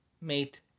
mate